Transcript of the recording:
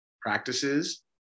practices